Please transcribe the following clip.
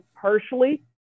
partially